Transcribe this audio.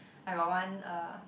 I got one uh